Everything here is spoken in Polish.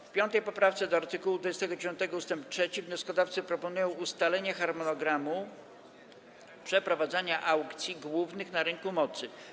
W 5. poprawce do art. 29 ust. 3 wnioskodawcy proponują ustalenie harmonogramu przeprowadzania aukcji głównych na rynku mocy.